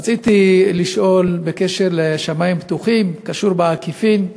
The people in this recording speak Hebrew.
רציתי לשאול בקשר ל"שמים פתוחים", קשור בעקיפין: